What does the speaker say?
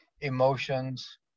emotions